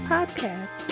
Podcast